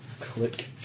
Click